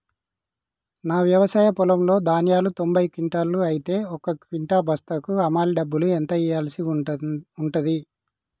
నా వ్యవసాయ పొలంలో ధాన్యాలు తొంభై క్వింటాలు అయితే ఒక క్వింటా బస్తాకు హమాలీ డబ్బులు ఎంత ఇయ్యాల్సి ఉంటది?